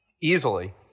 Easily